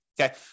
okay